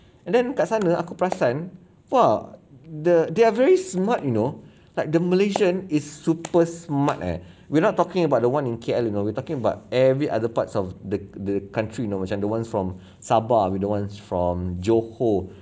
and then kat sana aku perasan !wah! the they're very smart you know like the malaysian is super smart eh we're not talking about the one in K_L you know we're talking about every other parts of the the country you know macam ones from sabah with the ones from johor